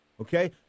Okay